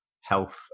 health